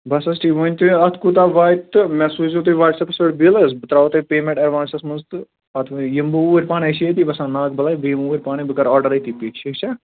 بس حظ ٹھیٖک ؤنۍتو اَتھ کوٗتاہ واتہِ تہٕ مےٚ سوٗزیو تُہۍ وٹٕسیپس پٮ۪ٹھ بِل حظ بہٕ ترٛاوو تۄہہِ پیمٮ۪نٹ اٮ۪ڈوانسَس منٛز تہٕ پتہٕ یِم بہٕ اوٗرۍ پانَے أسۍ چھِ ییٚتی بَسان ناگبلے بہٕ یِم اوٗرۍ پانَے بہٕ کر آرڈر أتی پِک ٹھیٖک چھا